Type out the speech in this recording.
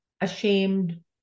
ashamed